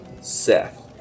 Seth